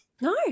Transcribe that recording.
No